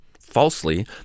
falsely